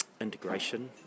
integration